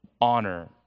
honor